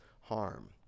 harm